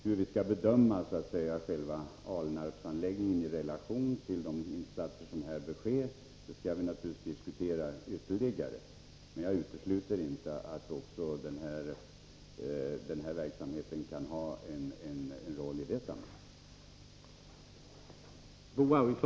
Hur vi skall bedöma själva Alnarpsanläggningen i relation till de insatser som här bör göras, skall vi naturligtvis diskutera ytterligare. Men jag utesluter inte att också den här verksamheten kan ha en roll i sammanhanget.